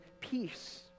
peace